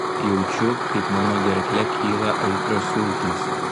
jaučiu kaip mano gerkle kyla aitrios sultys